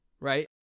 right